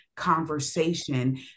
conversation